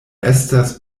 estas